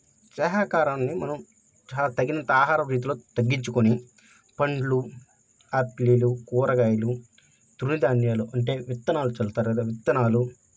శాకాహారాన్ని మనం చాలా తగినంత ఆహార రీతిలో తగ్గించుకొని పండ్లు ఆపిల్లు కూరగాయలు తృణ ధాన్యాలు అంటే విత్తనాలు చల్లుతారు కదా విత్తనాలు